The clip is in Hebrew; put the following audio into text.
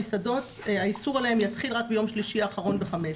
על המסעדות יתחיל רק ביום שלישי האחרון בחמש.